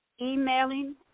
emailing